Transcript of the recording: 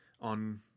on